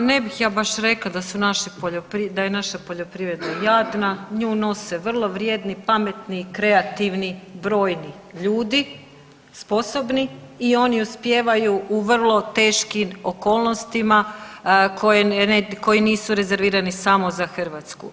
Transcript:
Pa ne bih ja baš rekla da su naši, da je naša poljoprivreda jadna, nju nose vrlo vrijedni i pametni i kreativni brojni ljudi sposobni i oni uspijevaju u vrlo teškim okolnostima koji nisu rezervirani samo za Hrvatsku.